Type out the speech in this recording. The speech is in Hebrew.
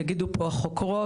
יגידו פה החוקרות,